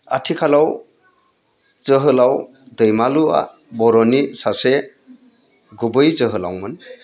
आथिखालाव जोहोलाव दैमालुआ बर'नि सासे गुबै जोहोलावमोन